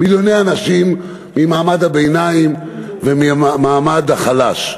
מיליוני אנשים ממעמד הביניים ומהמעמד החלש.